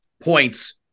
points